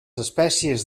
espècies